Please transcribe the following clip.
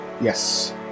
Yes